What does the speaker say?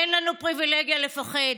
אין לנו פריבילגיה לפחד,